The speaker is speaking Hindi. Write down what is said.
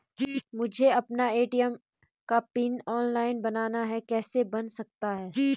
मुझे अपना ए.टी.एम का पिन ऑनलाइन बनाना है कैसे बन सकता है?